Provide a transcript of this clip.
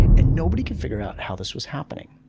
and nobody could figure out how this was happening.